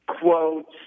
quotes